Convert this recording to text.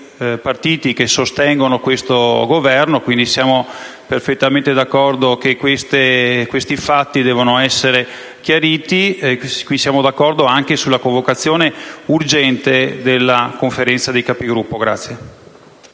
partiti che sostengono questo Governo, quindi siamo perfettamente d'accordo che questi fatti debbano essere chiariti, e siamo d'accordo anche sulla convocazione urgente della Conferenza dei Capigruppo. [DE